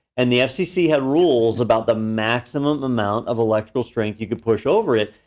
and the fcc had rules about the maximum amount of electrical strength you could push over it.